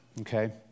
okay